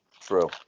True